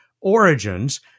Origins